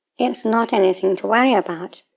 it's not anything to worry about.